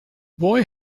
boy